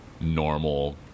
normal